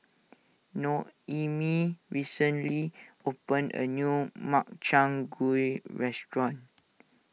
Noemie recently opened a new Makchang Gui Restaurant